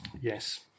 Yes